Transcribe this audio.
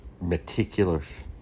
meticulous